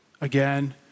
again